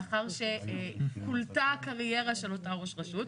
לאחר שכולתה הקריירה של אותו ראש רשות.